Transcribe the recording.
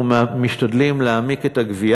אנחנו משתדלים להעמיק את הגבייה.